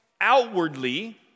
outwardly